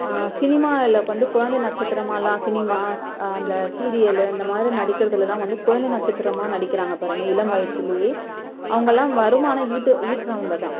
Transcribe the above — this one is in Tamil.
சினிமாவில்க் வந்து குழந்தை நட்சத்திரமாலெல்லாம் சினிமா அந்த சீரியலு அந்தமாதிரி நடிக்கிறதுலெல்லாம் வந்து குழந்தை நட்சத்திரமாக நடிக்கிறாங்க பாருங்க இளம் வயசிலேயே அவங்கள்லாம் வருமானம் ஈட்ட ஈட்டுறவுங்கதான்